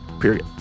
period